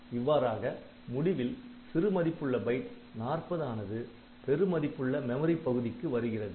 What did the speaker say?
இவ்வாறாக முடிவில் சிறு மதிப்புள்ள பைட் 40 ஆனது பெரு மதிப்புள்ள மெமரி பகுதிக்கு வருகிறது